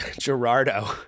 Gerardo